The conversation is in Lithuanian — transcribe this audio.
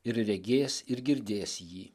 ir regės ir girdės jį